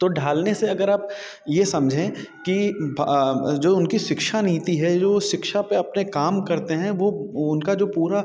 तो ढालने से अगर आप ये समझें कि भ जो उनकी शिक्षा नीति है जो शिक्षा पे अपने काम करते हैं वो उनका जो पूरा